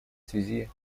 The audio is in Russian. связи